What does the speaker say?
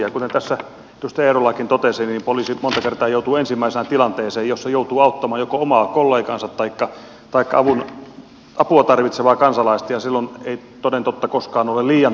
ja kuten tässä edustaja eerolakin totesi niin poliisi monta kertaa joutuu ensimmäisenä tilanteeseen jossa joutuu auttamaan joko omaa kollegaansa taikka apua tarvitsevaa kansalaista ja silloin ei toden totta koskaan ole liian hyvät ensiaputaidot